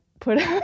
put